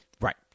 Right